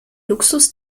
luxus